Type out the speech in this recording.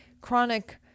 chronic